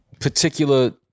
particular